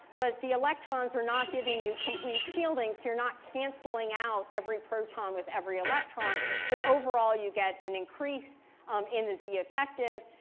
but the electrons are not giving you complete shielding, so you're not canceling out every proton with every electron. so overall, you get an increase in the z effective.